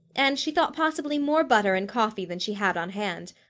and she thought possibly more butter, and coffee, than she had on hand.